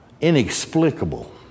inexplicable